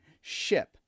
ship